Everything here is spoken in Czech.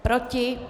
Proti?